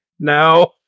No